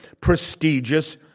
prestigious